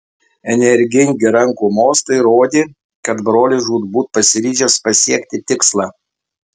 energingi rankų mostai rodė kad brolis žūtbūt pasiryžęs pasiekti tikslą